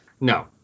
No